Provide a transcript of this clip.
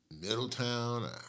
Middletown